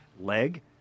leg